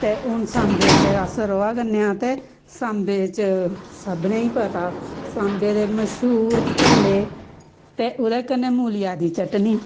ते हून सांबे च अस रवा करनें आं ते सांबे च सब्भनें पता सांबे दे मश्हूर भल्ले ते ओह्दै कन्नै मूलियां दी चटनी